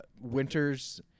Winters